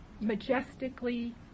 majestically